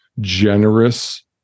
generous